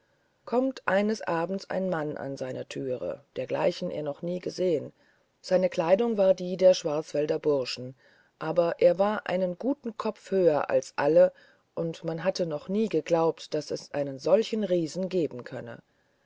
kommt eines abends ein mann an seine türe dergleichen er noch nie gesehen seine kleidung war wie der schwarzwälder bursche aber er war einen guten kopf höher als alle und man hatte noch nie geglaubt daß es einen solchen riesen geben könne